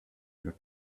your